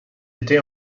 été